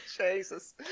Jesus